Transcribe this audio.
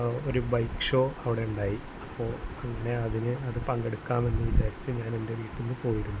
ഒരു bike show അവിടുണ്ടായി അപ്പോള് അങ്ങനെ അതിനെ അത് പങ്കെടുക്കാമെന്ന് വിചാരിച്ച് ഞാൻ എന്റെ വീട്ടില്നിന്നു പോയിരുന്നു